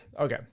Okay